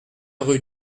rue